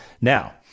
Now